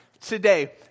today